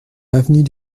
avenue